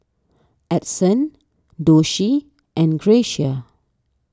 Edson Doshie and Gracia